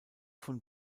von